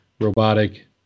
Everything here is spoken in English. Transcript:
robotic